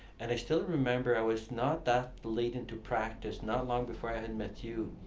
and i still remember i was not that late into practice, not long before i had met you,